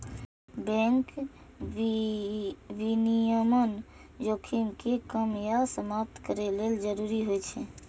bank विनियमन जोखिम कें कम या समाप्त करै लेल जरूरी होइ छै